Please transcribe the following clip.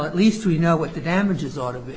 at least we know what the damages ought to be